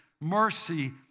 mercy